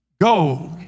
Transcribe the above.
go